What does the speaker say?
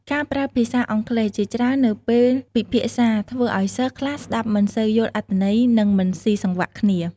ការប្រើភាសាអង់គ្លេសជាច្រើននៅពេលពិភាក្សាធ្វើឱ្យសិស្សខ្លះស្តាប់មិនសូវយល់អត្ថន័យនិងមិនសុីសង្វាក់គ្នា។